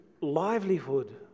livelihood